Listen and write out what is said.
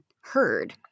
heard